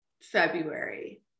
February